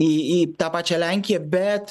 į į tą pačią lenkiją bet